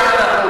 עכשיו אני,